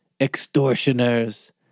extortioners